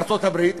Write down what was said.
ארצות-הברית,